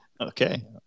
Okay